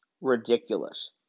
ridiculous